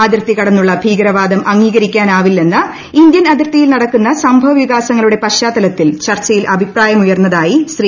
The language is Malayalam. അതിർത്തി കടന്നുള്ള ഭീകരവാദം അംഗീകരിക്കാനാവില്ലെന്ന് ഇന്ത്യൻ അതിർത്തിയിൽ നടക്കുന്ന സംഭവ വികാസങ്ങളുടെ പശ്ചാത്തലത്തിൽ ചർച്ചയിൽ അഭിപ്രായമുയർന്നതായി ശ്രീ